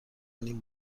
این